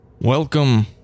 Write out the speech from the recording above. welcome